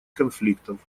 конфликтов